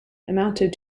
amounted